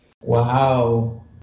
Wow